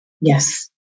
Yes